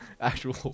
actual